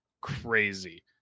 crazy